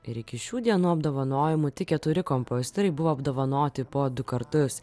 ir iki šių dienų apdovanojimų tik keturi kompozitoriai buvo apdovanoti po du kartus